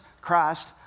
Christ